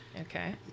Okay